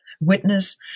witness